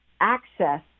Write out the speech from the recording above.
access